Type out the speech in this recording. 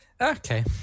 Okay